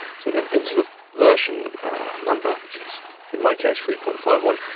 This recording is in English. so then into the version number, which is in my case, three point five one.